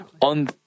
on